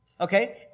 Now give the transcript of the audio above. Okay